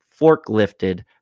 forklifted